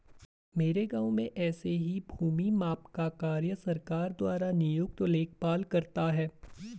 मेरे गांव में ऐसे ही भूमि माप का कार्य सरकार द्वारा नियुक्त लेखपाल करता है